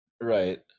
Right